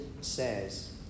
says